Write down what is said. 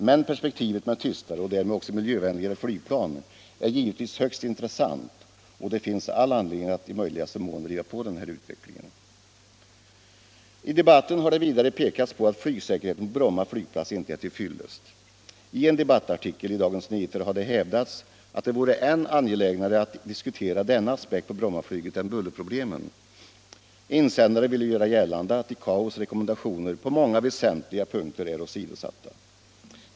Men perspektivet med tystare och därmed också miljövänligare flygplan är givetvis högst intressant, och det finns all anledning att i möjligaste mån driva på utvecklingen. I debatten har det vidare pekats på att Nygsäkerheten på Bromma flygplats inte är till fyllest. I en debattartikel i Dagens Nyheter har det hävdats att det vore än angelägnare att diskutera denna aspekt på Brommaflyget än bullerproblemen. Insändaren ville göra gällande att ICAO:s rekommendationer på många väsentliga punkter är åsidosatta.